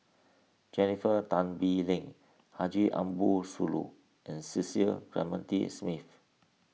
Jennifer Tan Bee Leng Haji Ambo Sooloh and Cecil Clementi Smith